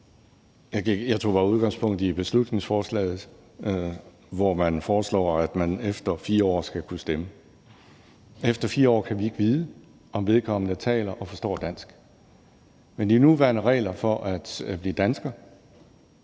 Jeg tog bare udgangspunkt i beslutningsforslaget, hvor man foreslår, at man efter 4 år skal kunne stemme. Efter 4 år kan vi ikke vide, om vedkommende taler og forstår dansk, men med de nuværende regler for at blive dansker